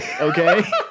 Okay